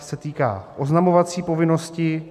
7412 se týká oznamovací povinnosti.